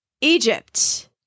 Egypt